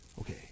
okay